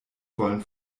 wollen